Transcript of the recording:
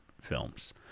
films